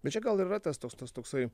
bet čia gal ir yra tas toks tas toksai